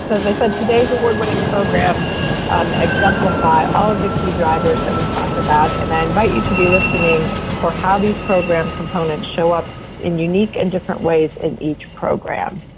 i said today's award-winning programs exemplify all of the key drivers that we talked about, and then i invite you to be listening for how these program components show up in unique and different ways in each program.